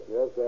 Yes